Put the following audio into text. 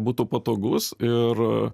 būtų patogus ir